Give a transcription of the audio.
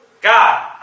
God